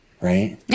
Right